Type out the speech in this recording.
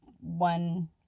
one